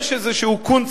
יש איזה קונץ,